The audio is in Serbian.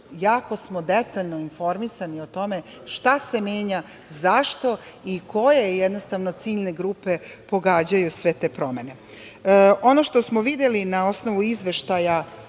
jako smo detaljno informisani o tome šta se menja, zašto i koje ciljne grupe pogađaju sve te promene. Ono što smo videli na osnovu Izveštaja